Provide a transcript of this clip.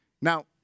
Now